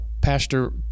Pastor